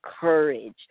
courage